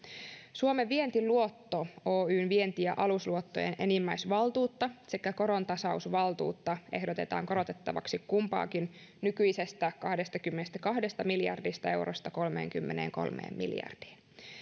suomen vientiluotto oyn vienti ja alusluottojen enimmäisvaltuutta sekä korontasausvaltuutta ehdotetaan korotettavaksi kumpaakin nykyisestä kahdestakymmenestäkahdesta miljardista eurosta kolmeenkymmeneenkolmeen miljardiin